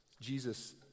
Jesus